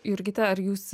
jurgita ar jūs